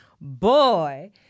Boy